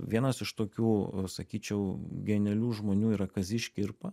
vienas iš tokių sakyčiau genialių žmonių yra kazys škirpa